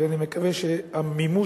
ואני מקווה שהמימוש,